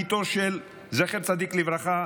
בתו של זכר צדיק לברכה.